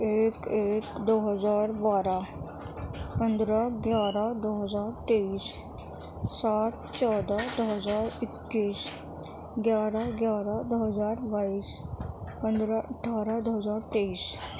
ایک ایک دو ہزار بارہ پندرہ گیارہ دو ہزار تئیس سات چودہ دو ہزار اکیس گیارہ گیارہ دو ہزار بائیس پندرہ اٹھارہ دو ہزار تئیس